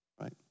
right